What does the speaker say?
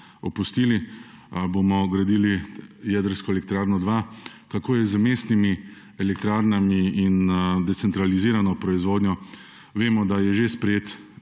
opustili? A bomo gradili jedrsko elektrarno 2? Kako je z mestnimi elektrarnami in decentralizirano proizvodnjo? Vemo, da je že sprejeta